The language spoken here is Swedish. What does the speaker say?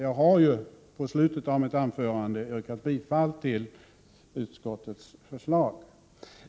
Jag har ju i slutet av mitt anförande yrkat bifall till utskottets förslag.